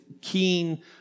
keen